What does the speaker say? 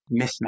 mismatch